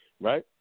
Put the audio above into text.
right